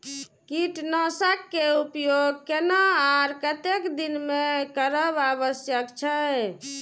कीटनाशक के उपयोग केना आर कतेक दिन में करब आवश्यक छै?